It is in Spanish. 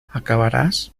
acabarás